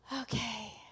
okay